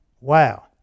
Wow